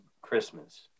Christmas